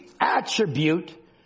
attribute